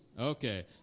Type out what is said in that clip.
Okay